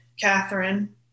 Catherine